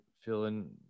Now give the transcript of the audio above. feeling